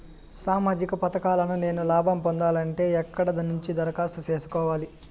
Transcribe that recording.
సామాజిక పథకాలను నేను లాభం పొందాలంటే ఎక్కడ నుంచి దరఖాస్తు సేసుకోవాలి?